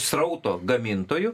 srauto gamintojų